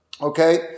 okay